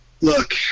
look